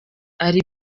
ari